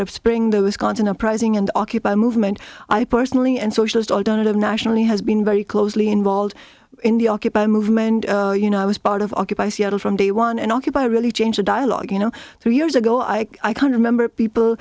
b spring the wisconsin uprising and occupy movement i personally and socialist i don't have nationally has been very closely involved in the occupy movement you know i was part of occupy seattle from day one and occupy really change the dialogue you know three years ago i can remember people